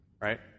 right